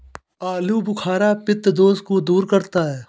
आलूबुखारा पित्त दोष को दूर करता है